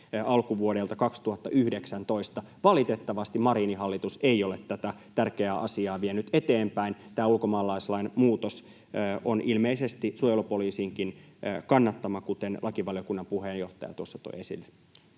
alkuvuodelta 2019. Valitettavasti Marinin hallitus ei ole tätä tärkeää asiaa vienyt eteenpäin. Tämä ulkomaalaislain muutos on ilmeisesti suojelupoliisinkin kannattama, kuten lakivaliokunnan puheenjohtaja tuossa toi esille.